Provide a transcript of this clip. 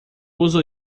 uso